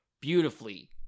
beautifully